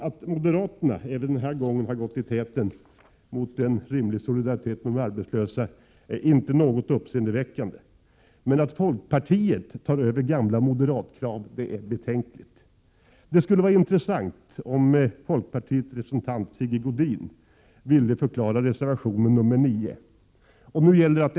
Att moderaterna även denna gång har gått i täten mot en rimlig solidaritet med de arbetslösa är inte något uppseendeväckande. Men att folkpartiet tar över gamla moderatkrav är betänkligt. Det skulle vara intressant om folkpartiets representant Sigge Godin ville förklara reservationen nr 9.